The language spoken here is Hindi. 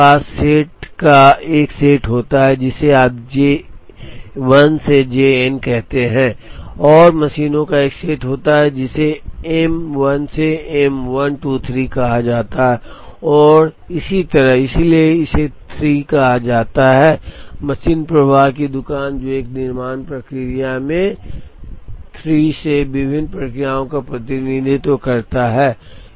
आपके पास आपके पास सेट का एक सेट होता है जिसे आप J 1 से J n कहते हैं और मशीनों का एक सेट होता है जिसे M 1 से M 1 2 3 कहा जाता है और इसी तरह इसलिए इसे 3 कहा जाता है मशीन प्रवाह की दुकान जो एक निर्माण प्रक्रिया में 3 विभिन्न प्रक्रियाओं का प्रतिनिधित्व कर सकती है